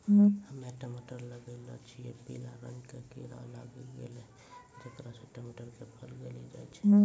हम्मे टमाटर लगैलो छियै पीला रंग के कीड़ा लागी गैलै जेकरा से टमाटर के फल गली जाय छै?